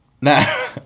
No